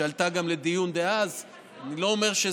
שאני לא אומר שהיא לא לגיטימית,